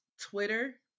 twitter